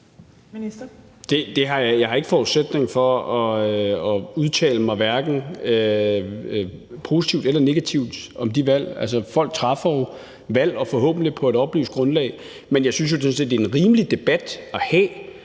Jeg har ikke forudsætninger for at udtale mig positivt eller negativt om de valg. Altså, folk træffer valg – og forhåbentlig på et oplyst grundlag. Men jeg synes jo sådan set, at det er en rimelig debat at have,